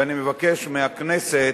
ואני מבקש מהכנסת,